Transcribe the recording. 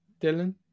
Dylan